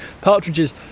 partridges